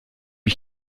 ich